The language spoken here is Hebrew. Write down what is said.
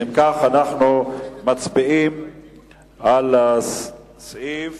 אם כך, אנחנו מצביעים על סעיף